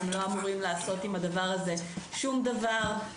הם לא אמורים לעשות עם הדבר הזה שום דבר.